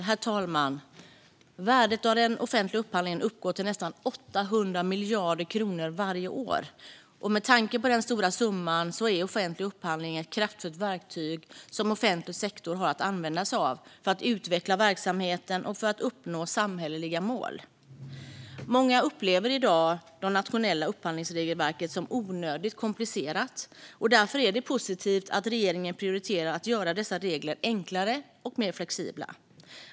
Herr talman! Värdet av den offentliga upphandlingen uppgår till nästan 800 miljarder kronor varje år. Med tanke på den stora summan är offentlig upphandling ett kraftfullt verktyg som offentlig sektor har att använda sig av för att utveckla verksamheten och för att uppnå samhälleliga mål. Många upplever i dag det nationella upphandlingsregelverket som onödigt komplicerat. Därför är det positivt att regeringen prioriterar att göra dessa regler enklare och mer flexibla.